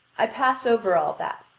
i pass over all that,